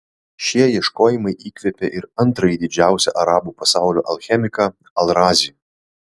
šie ieškojimai įkvėpė ir antrąjį didžiausią arabų pasaulio alchemiką al razį